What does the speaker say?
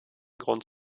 grund